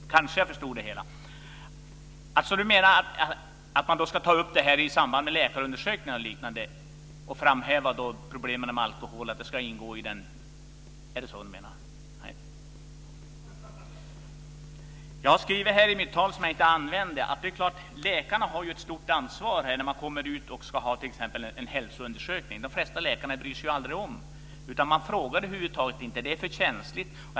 Fru talman! Nu kanske jag förstod det hela. Menar Kerstin Heinemann att man ska ta upp detta i samband med läkarundersökningar och framhäva problemen med alkohol? Jag har skrivit i mitt manus, som jag inte använde mig av, att det är klart att läkarna har ett stort ansvar, t.ex. vid hälsoundersökningar. De flesta läkare bryr sig inte. De frågar över huvud taget inte. Det är för känsligt.